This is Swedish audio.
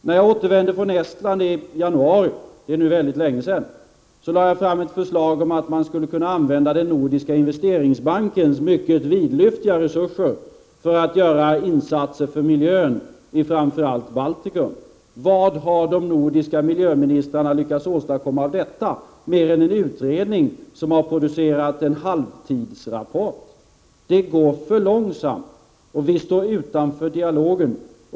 När jag återvände från Estland i januari — det är nu väldigt länge sedan — läde jag fram ett förslag om att man skulle kunna använda den nordiska investeringsbankens mycket vidlyftiga resurser för att göra insatser för miljön i framför allt Baltikum. Vad har de nordiska miljöministrarna lyckats åstadkomma av detta mer än en utredning som har producerat en halvtidsrapport? Det går för långsamt, och vi står utanför dialogen.